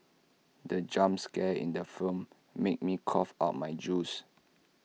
the jump scare in the film made me cough out my juice